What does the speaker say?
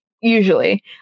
usually